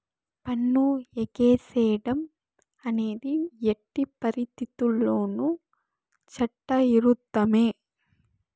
పన్ను ఎగేసేడం అనేది ఎట్టి పరిత్తితుల్లోనూ చట్ట ఇరుద్ధమే